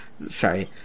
sorry